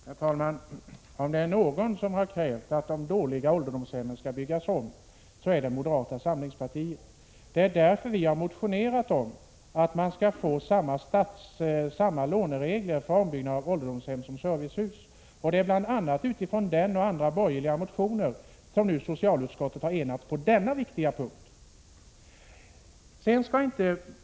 Herr talman! Om det är någon som har krävt att de dåliga ålderdomshemmen skall byggas om så är det moderata samlingspartiet. Det är därför vi har motionerat om att man skall få samma låneregler för ombyggnad av ålderdomshem som för servicehus, och det är utifrån denna och andra borgerliga motioner som socialutskottet nu har enats på denna viktiga punkt.